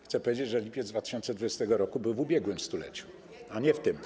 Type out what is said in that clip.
Chcę powiedzieć, że lipiec 2020 r. był w ubiegłym stuleciu, a nie w tym.